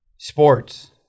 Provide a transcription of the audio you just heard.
sports